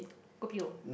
kopi O